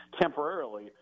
temporarily